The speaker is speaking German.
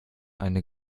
eine